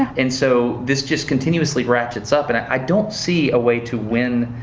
and so this just continuously ratchets up and i don't see a way to win,